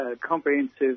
comprehensive